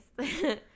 Yes